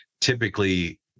typically